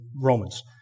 Romans